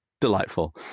delightful